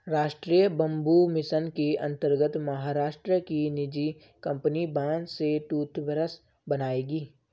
राष्ट्रीय bamboo mission के अंतर्गत महाराष्ट्र की निजी कंपनी बांस से टूथब्रश बनाएगी